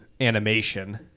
animation